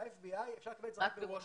ב-FBI אפשר לקבל רק בוושינגטון.